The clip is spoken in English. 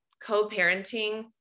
co-parenting